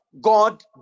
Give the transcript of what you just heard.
God